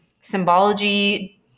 symbology